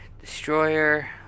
destroyer